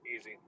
Easy